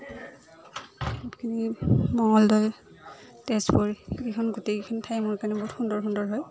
বহুতখিনি মঙ্গলদৈ তেজপুৰ এইকেইখন গোটেইকেইখন ঠাই মোৰ কাৰণে বহুত সুন্দৰ সুন্দৰ হয়